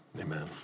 Amen